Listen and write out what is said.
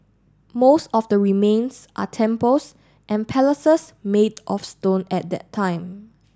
most of the remains are temples and palaces made of stone at that time